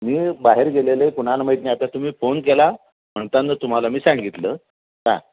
मी बाहेर गेलेलं आहे कोणाला माहीत नाही आता तुम्ही फोन केला म्हणताना तुम्हाला मी सांगितलं का